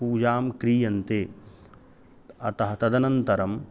पूजां क्रीयन्ते अतः तदनन्तरं